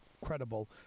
credible